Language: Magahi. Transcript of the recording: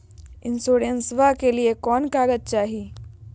इंसोरेंसबा के लिए कौन कागज चाही?